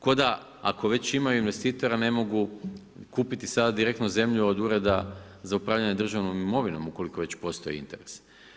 Ko da ako već imaju investitora ne mogu kupiti sada direktno zemlju od Ureda za upravljanje državnom imovinom ukoliko već postoji interes.